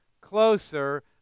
closer